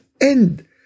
end